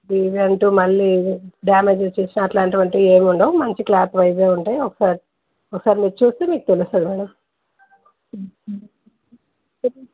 ఇవంటూ మళ్ళీ డ్యామేజ్ వచ్చినా అట్లాంటివంటవి ఏమీ ఉండవు మంచి క్లాత్వైజే ఉంటాయి ఒకసారి ఒకసారి మీరు చూస్తే మీకు తెలుస్తుంది మేడం